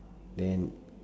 then